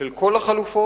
של כל החלופות,